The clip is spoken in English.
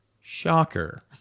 Shocker